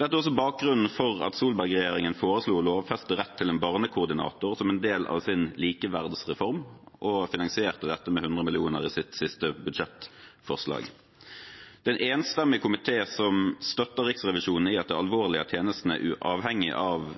Dette er også bakgrunnen for at Solberg-regjeringen foreslo å lovfeste rett til en barnekoordinator som en del av sin likeverdsreform og finansierte dette med 100 mill. kr i sitt siste budsjettforslag. Det er en enstemmig komité som støtter Riksrevisjonen i at det er alvorlig at tjenestene er avhengig av